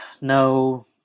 No